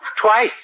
twice